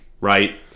right